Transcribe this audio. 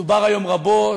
דובר היום רבות